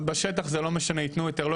בשטח זה לא משנה ייתנו היתר או לא